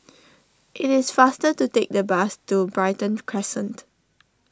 it is faster to take the bus to Brighton Crescent